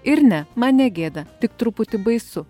ir ne man negėda tik truputį baisu